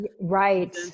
Right